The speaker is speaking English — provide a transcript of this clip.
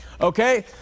Okay